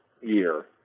year